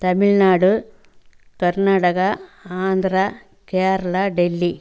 Tamil Nadu Karnataka Andhra Kerala Delhi